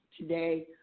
today